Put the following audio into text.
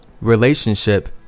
relationship